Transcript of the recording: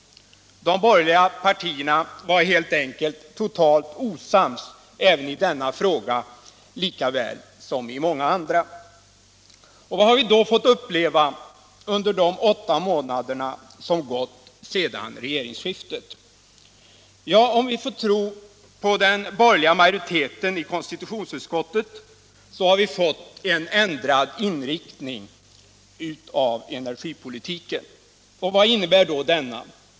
De borgerliga partierna var helt enkelt totalt osams i denna fråga lika väl som i många andra. Vad har vi då fått uppleva under de åtta månader som gått sedan regeringsskiftet? Om vi får tro på den borgerliga majoriteten i konstitutionsutskottet har vi fått en ändrad inriktning av energipolitiken. Vad innebär då denna?